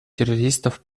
террористов